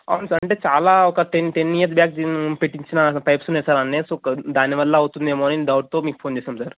అవును సార్ అంటే చాలా ఒక టెన్ టెన్ ఇయర్స్ బ్యాక్ పెట్టించిన పైప్స్ ఉన్నాయి సార్ అన్నీ సో క దాని వల్ల అవుతుందేమో అని డౌట్తో మీకు ఫోన్ చేసాం సార్